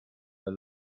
der